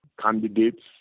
candidates